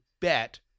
bet